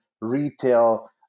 retail